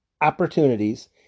opportunities